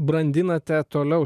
brandinate toliau